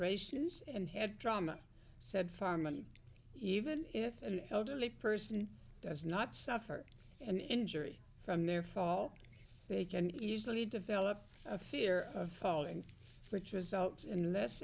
lacerations and head trauma said firemen even if an elderly person does not suffered an injury from their fault they can easily develop a fear of falling which results in less